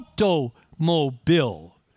automobile